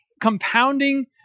compounding